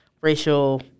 racial